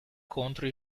contro